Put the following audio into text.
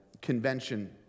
convention